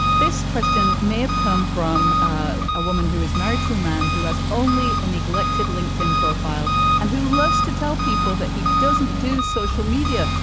this question may have come from a a woman who is married to a man who has only a neglected linkedin profile and who loves to tell people that he doesn't do social media,